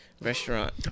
restaurant